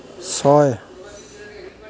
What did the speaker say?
ছয়